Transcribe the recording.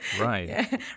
Right